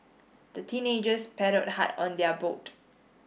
the teenagers paddled hard on their boat